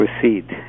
proceed